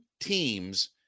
teams